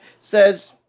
says